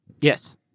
yes